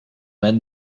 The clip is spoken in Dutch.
men